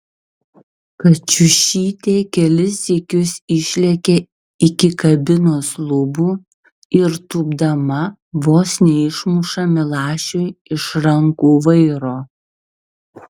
kačiušytė kelis sykius išlekia iki kabinos lubų ir tūpdama vos neišmuša milašiui iš rankų vairo